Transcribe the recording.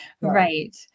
Right